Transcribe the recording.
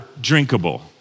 drinkable